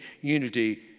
unity